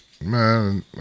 Man